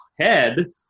head